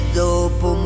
dopo